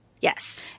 Yes